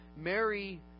Mary